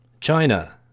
china